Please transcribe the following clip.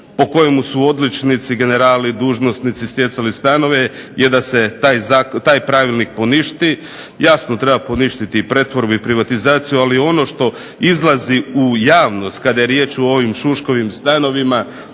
po kojemu su odličnici, generali, dužnosnici stjecali stanove, je da se taj pravilnik poništi. Jasno, treba poništiti pretvorbu i privatizaciju, ali ono što izlazi u javnost kada je riječ o ovim Šuškovim stanovima